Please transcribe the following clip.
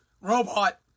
robot